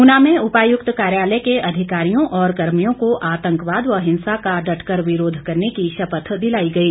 ऊना में उपायुक्त कार्यालय के अधिकारियों और कर्मियों को आतंकवाद व हिंसा का डटकर विरोध करने की शपथ दिलाई गई